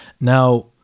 Now